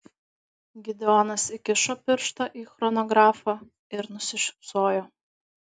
gideonas įkišo pirštą į chronografą ir nusišypsojo